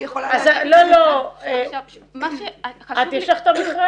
מה שחשוב לי -- יש לך את המכרז?